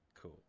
Cool